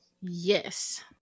Yes